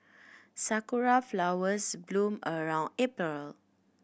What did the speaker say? sakura flowers bloom around April